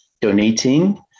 donating